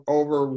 over